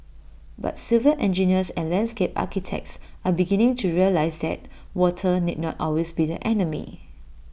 but civil engineers and landscape architects are beginning to realise that water need not always be the enemy